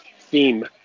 theme